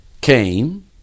came